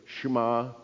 Shema